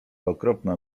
okropna